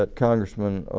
but congressman